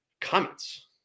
comments